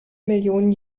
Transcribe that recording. millionen